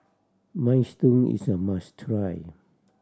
minestrone is a must try